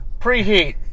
preheat